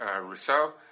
Rousseau